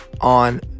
on